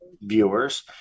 viewers